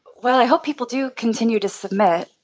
well, i hope people do continue to submit.